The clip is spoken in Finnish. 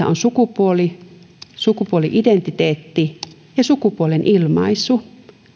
on sukupuoli sukupuoli identiteetti ja sukupuolen ilmaisu